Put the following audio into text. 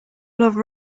love